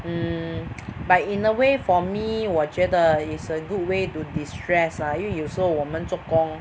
mm but in a way for me 我觉得 is a good way to de-stress ah 因为有时候我们做工